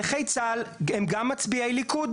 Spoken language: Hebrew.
נכי צה"ל הם גם מצביעי ליכוד,